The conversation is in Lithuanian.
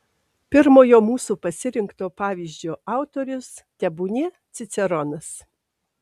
pirmojo mūsų pasirinkto pavyzdžio autorius tebūnie ciceronas